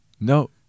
No